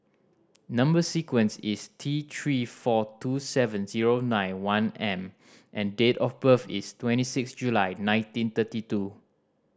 number sequence is T Three four two seven zero nine one M and date of birth is twenty six July nineteen thirty two